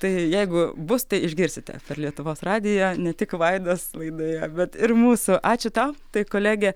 tai jeigu bus tai išgirsite per lietuvos radiją ne tik vaidos laidoje bet ir mūsų ačiū tau tai kolegė